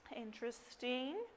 interesting